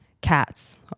Cats